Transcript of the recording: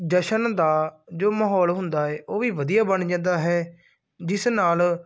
ਜਸ਼ਨ ਦਾ ਜੋ ਮਾਹੌਲ ਹੁੰਦਾ ਹੈ ਉਹ ਵੀ ਵਧੀਆ ਬਣ ਜਾਂਦਾ ਹੈ ਜਿਸ ਨਾਲ